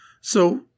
So-